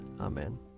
Amen